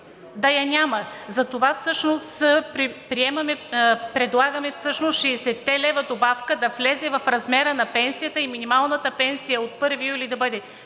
да я няма. Затова всъщност предлагаме шестдесетте лева добавка да влезе в размера на пенсията и минималната пенсия от 1 юли да бъде